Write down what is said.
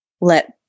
let